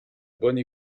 bonne